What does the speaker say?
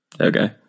Okay